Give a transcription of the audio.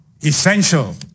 essential